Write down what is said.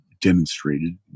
demonstrated